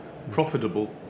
profitable